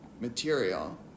material